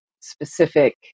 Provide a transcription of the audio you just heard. specific